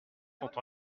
sont